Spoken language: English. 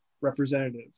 representative